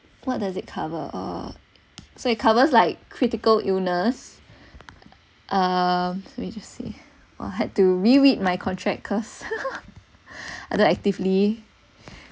what does it cover uh so it covers like critical illness um let me just see I had to re-read my contract clause actively